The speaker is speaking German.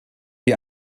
die